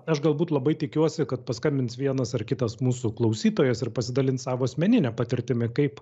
aš galbūt labai tikiuosi kad paskambins vienas ar kitas mūsų klausytojas ir pasidalins savo asmenine patirtimi kaip